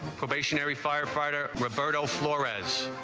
probationary firefighter roberto florez